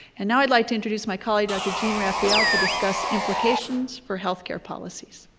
and now i'd like to introduce my colleague, dr. jean raphael, to discuss implications for health care policies.